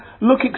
look